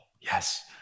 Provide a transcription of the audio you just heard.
yes